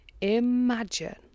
Imagine